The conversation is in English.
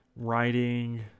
Writing